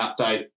update